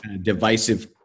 divisive